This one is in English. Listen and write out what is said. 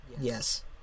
Yes